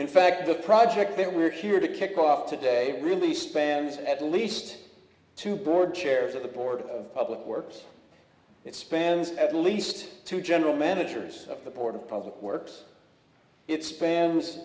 in fact the project they were here to kick off today really spans at least two board chairs at the board of public works it spans at least two general managers of the board of public works it spans